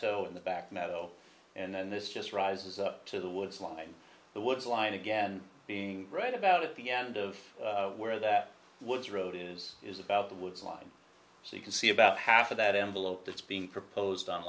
u in the back metal and then this just rises to the woods line the woods line again being right about at the end of where that was road is is about the woods line so you can see about half of that envelope that's being proposed on